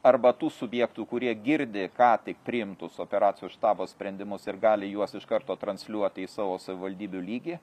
arba tų subjektų kurie girdi ką tik priimtus operacijų štabo sprendimus ir gali juos iš karto transliuoti į savo savivaldybių lygį